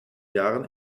jahren